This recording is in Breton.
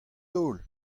taol